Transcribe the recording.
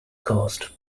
cast